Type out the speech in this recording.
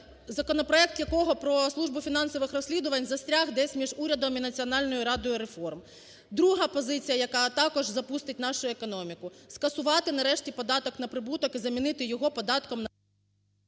законопроект якого про Службу фінансових розслідувань застряг десь між урядом і Національною радою реформ. Друга позиція, яка також запустить нашу економіку. Скасувати, нарешті, податок на прибуток і замінити його податком на…